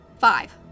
Five